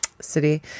city